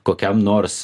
kokiam nors